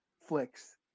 flicks